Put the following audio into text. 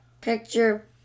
picture